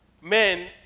men